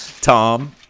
Tom